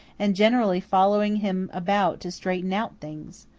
and generally following him about to straighten out things.